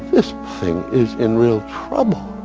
this thing is in real trouble